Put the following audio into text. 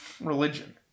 Religion